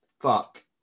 fuck